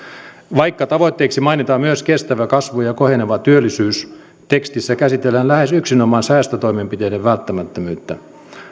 vaikka tavoitteiksi mainitaan myös kestävä kasvu ja koheneva työllisyys tekstissä käsitellään lähes yksinomaan säästötoimenpiteiden välttämättömyyttä